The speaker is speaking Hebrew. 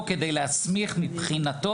לא נוח לי פה,